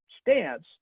stance